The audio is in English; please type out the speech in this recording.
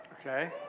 okay